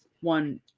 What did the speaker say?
one